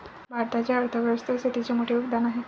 भारताच्या अर्थ व्यवस्थेत शेतीचे मोठे योगदान आहे